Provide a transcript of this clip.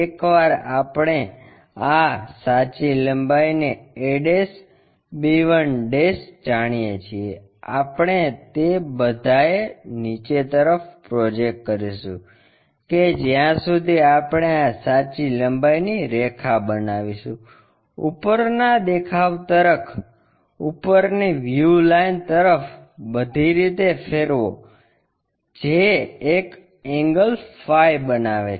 એકવાર આપણે આ સાચી લંબાઈને a b 1 જાણીએ છીએ આપણે તે બધાએ નીચે તરફ પ્રોજેક્ટ કરીશું કે જ્યાં સુધી આપણે આ સાચી લંબાઈની રેખા બનાવીશું ઉપર ના દેખાવ તરફ ઉપરની વ્યૂ લાઇન તરફ બધી રીતે ફેરવો જે એક એન્ગલ ફાઇ બનાવે છે